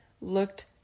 looked